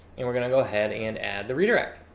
and we're going to ahead and add the redirect.